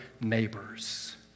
neighbors